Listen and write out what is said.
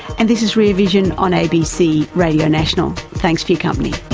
and this is rear vision on abc radio national. thanks for your company.